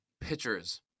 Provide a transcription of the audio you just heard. pitchers